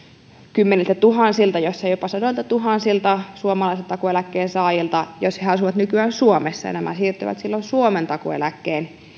kymmeniltätuhansilta jos ei jopa sadoiltatuhansilta suomalaisilta takuueläkkeen saajilta jos he he asuvat nykyään suomessa ja nämä henkilöt siirtyvät silloin suomen takuueläkkeen